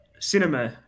Cinema